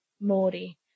Morty